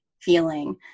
feeling